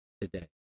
today